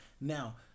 Now